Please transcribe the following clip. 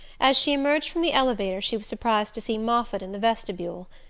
as she emerged from the elevator she was surprised to see moffatt in the vestibule.